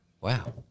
Wow